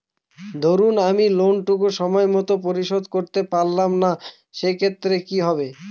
ধরুন আমি লোন টুকু সময় মত পরিশোধ করতে পারলাম না সেক্ষেত্রে কি হবে?